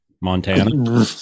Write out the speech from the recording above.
Montana